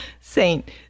Saint